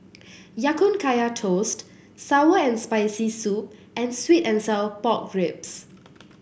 Ya Kun Kaya Toast sour and Spicy Soup and sweet and Sour Pork Ribs